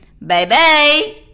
Bye-bye